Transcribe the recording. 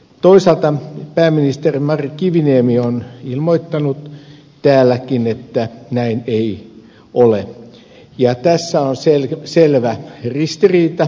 toisaalta pääministeri mari kiviniemi on ilmoittanut täälläkin että näin ei ole ja tässä on selvä ristiriita